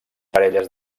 parelles